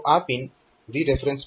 તો આ pin VREF2 છે